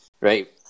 Right